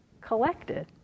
collected